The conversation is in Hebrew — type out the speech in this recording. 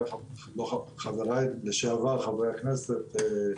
חבריי לשעבר חברי הכנסת.